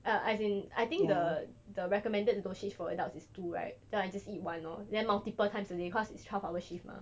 uh as in I think the the recommended dosage for adults is two right then I just eat one lor then multiple times a day cause it's twelve hour shift mah